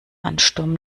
ansturm